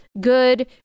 Good